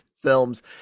Films